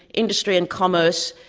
industry and commerce,